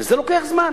וזה לוקח זמן.